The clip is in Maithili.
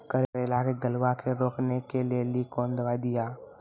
करेला के गलवा के रोकने के लिए ली कौन दवा दिया?